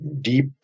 deep